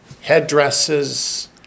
headdresses